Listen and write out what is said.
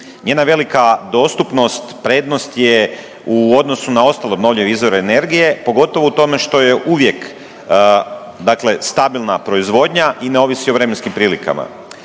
Njena velika dostupnost prednost je u odnosu na ostale obnovljive izvore energije pogotovo u tome što je uvijek dakle stabilna proizvodnja i ne ovisi o vremenskim prilikama.